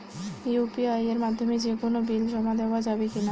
UPI এর মাধ্যমে যে কোনো বিল জমা দেওয়া যাবে কি না?